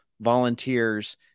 volunteers